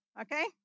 okay